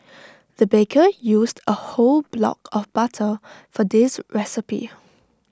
the baker used A whole block of butter for this recipe